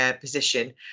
position